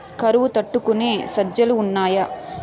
కరువు తట్టుకునే సజ్జలు ఉన్నాయా